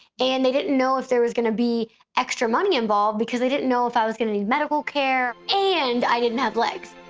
and they den didn't know if there was going to be extra money involved because they didn't know if i was going to need medical care and i didn't have legs.